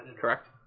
Correct